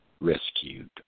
rescued